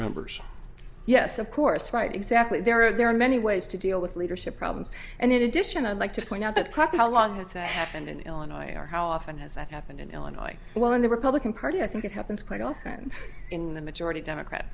members yes of course right exactly there are there are many ways to deal with leadership problems and in addition i'd like to point out that quick how long has that happened in illinois or how often has that happened in illinois well in the republican party i think it happens quite often in the majority democrat